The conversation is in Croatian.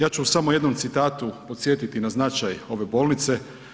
Ja ću samo u jednom citatu podsjetiti na značaj ove bolnice.